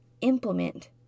implement